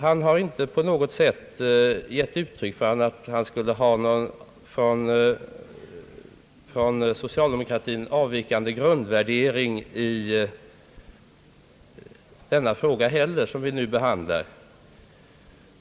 Han har inte på något sätt givit uttryck för att han skulle ha en från socialdemokratin avvikande grundvärdering heller i den fråga som vi nu behandlar.